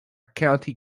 county